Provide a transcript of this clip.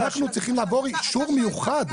אנחנו צריכים לעבור אישור מיוחד.